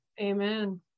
Amen